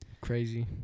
crazy